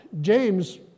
James